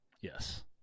Yes